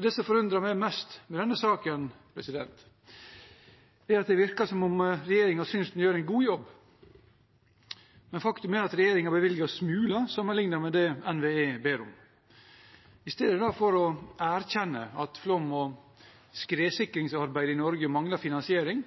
Det som forundrer meg mest med denne saken, er at det virker som om regjeringen synes den gjør en god jobb, men faktum er at regjeringen bevilger smuler sammenlignet med det NVE ber om. I stedet for å erkjenne at flom- og skredsikringsarbeidet i Norge mangler finansiering,